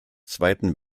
zweiten